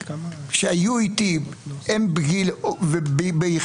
שהיו איתי ביחידות,